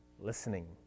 Listening